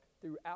throughout